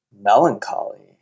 melancholy